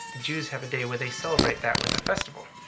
the jews have a day where they celebrate that with a festival.